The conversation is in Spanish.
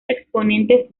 exponentes